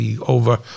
over